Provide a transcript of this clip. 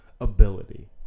Ability